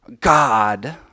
God